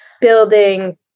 building